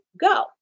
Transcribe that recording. go